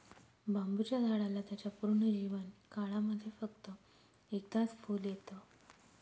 बांबुच्या झाडाला त्याच्या पूर्ण जीवन काळामध्ये फक्त एकदाच फुल येत